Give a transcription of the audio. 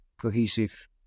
cohesive